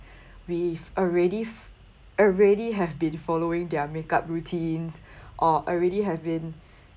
we've already already have been following their makeup routines or already have been